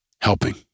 helping